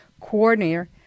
Coordinator